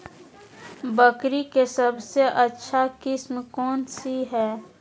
बकरी के सबसे अच्छा किस्म कौन सी है?